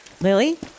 Lily